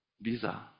Visa